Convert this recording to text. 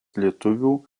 lietuvių